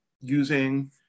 using